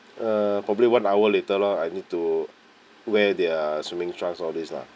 uh probably one hour later lah I need to wear their swimming trunks all this lah